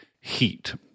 heat